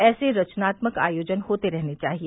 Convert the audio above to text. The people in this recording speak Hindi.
ऐसे रचनात्मक आयोजन होते रहने चाहिए